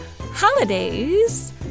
holidays